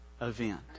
event